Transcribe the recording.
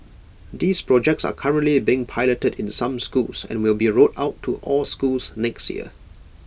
these projects are currently being piloted in some schools and will be rolled out to all schools next year